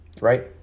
right